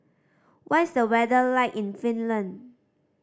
what is the weather like in Finland